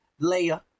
Leia